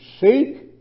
seek